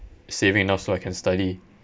saving enough so I can study